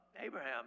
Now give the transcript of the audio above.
Abraham